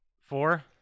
Four